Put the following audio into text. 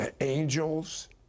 angels